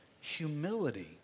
humility